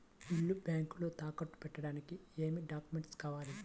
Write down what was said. ఇల్లు బ్యాంకులో తాకట్టు పెట్టడానికి ఏమి డాక్యూమెంట్స్ కావాలి?